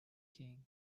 king